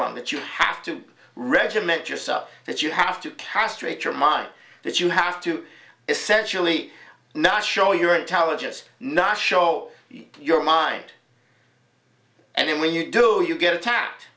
on that you have to regiment yourself that you have to castrate your mind that you have to essentially not show your intelligence not show your mind and then when you do you get attacked